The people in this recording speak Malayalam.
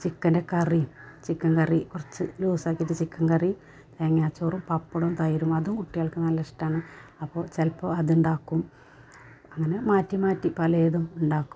ചിക്കൻ്റെ കറി ചിക്കൻ കറി കുറച്ചു ലൂസാക്കിയിട്ടു ചിക്കൻ കറി തേങ്ങാച്ചോറും പപ്പടവും തൈരും അതും കുട്ടികൾക്കു നല്ലിഷ്ടമാണ് അപ്പോൾ ചിലപ്പോൾ അതുണ്ടാക്കും അങ്ങനെ മാറ്റി മാറ്റി പലയിതും ഉണ്ടാക്കും